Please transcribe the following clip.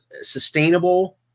sustainable